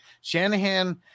Shanahan